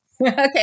Okay